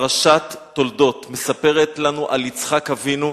פרשת תולדות מספרת לנו על יצחק אבינו,